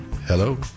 Hello